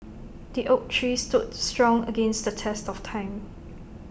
the oak tree stood strong against the test of time